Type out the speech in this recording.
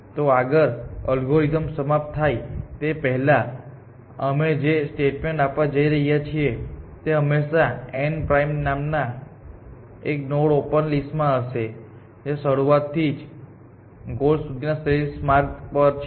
તો આગળ એલ્ગોરિધમ સમાપ્ત થાય તે પહેલાં અમે જે સ્ટેટમેન્ટ આપવા જઈ રહ્યા છીએ તેમાં હંમેશાં n પ્રાઇમ નામ નો એક નોડ ઓપન લિસ્ટ માં હશે જે શરૂઆતથી ગોલ સુધીના શ્રેષ્ઠ માર્ગ પર છે